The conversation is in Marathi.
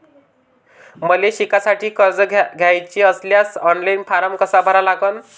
मले शिकासाठी कर्ज घ्याचे असल्यास ऑनलाईन फारम कसा भरा लागन?